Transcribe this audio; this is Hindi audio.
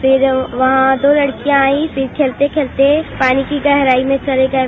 फिर वहां दो लड़कियां आई फिर खेलते खेलते पानी की गहराई में चली गई